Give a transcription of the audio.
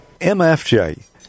MFJ